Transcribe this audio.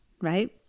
right